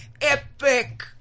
epic